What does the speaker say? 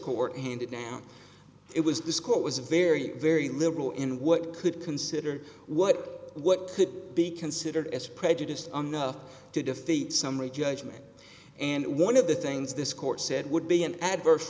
court handed down it was this court was very very liberal in what could consider what what could be considered as prejudiced to defeat summary judgment and one of the things this court said would be an adverse